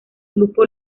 grupo